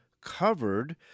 covered